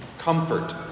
Comfort